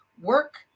work